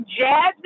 Jazzy